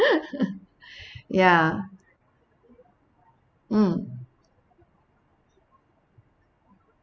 ya mm